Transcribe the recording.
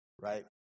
right